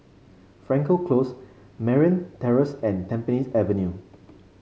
Frankel Close Merryn Terrace and Tampines Avenue